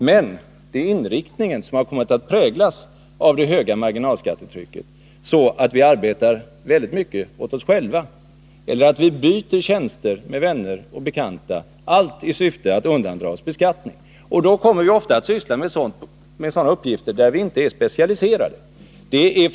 Men inriktningen har kommit att präglas av det stora marginalskattetrycket på så sätt, att vi arbetar väldigt mycket åt oss själva eller att vi byter tjänster med vänner och bekanta — allt i syfte att undandra oss beskattning. Då kommer vi ofta att syssla med sådant som vi inte är specialister på.